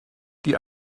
die